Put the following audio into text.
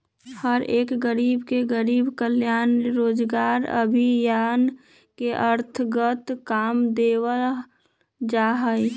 हर एक गरीब के गरीब कल्याण रोजगार अभियान के अन्तर्गत काम देवल जा हई